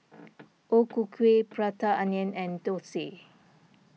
O Ku Kueh Prata Onion and Thosai